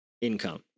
income